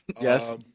yes